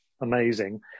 amazing